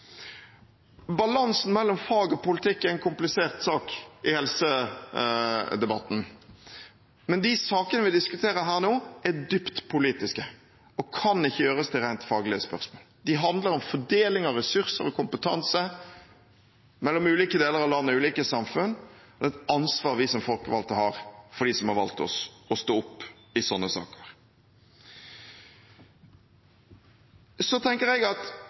Balansen mellom fag og politikk er en komplisert sak i helsedebatten, men de sakene vi diskuterer her nå, er dypt politiske og kan ikke gjøres til rent faglige spørsmål. De handler om fordeling av ressurser og kompetanse mellom ulike deler av landet og ulike samfunn. Det er et ansvar vi som folkevalgte har for dem som har valgt oss, å stå opp i sånne saker. Så velger jeg